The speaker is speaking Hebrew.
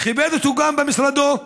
וכיבד אותו גם במשרדו.